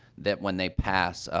that when they pass, ah,